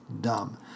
Dumb